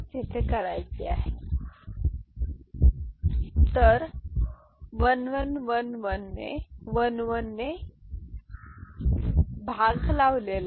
तर जर आपण असे म्हणाल तर 1 1 1 1 ने 1 1 ने विभाजित केले आहे